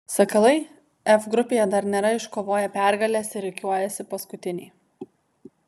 sakalai f grupėje dar nėra iškovoję pergalės ir rikiuojasi paskutiniai